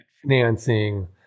financing